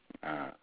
ah